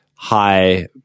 High